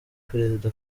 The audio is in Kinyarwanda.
perezida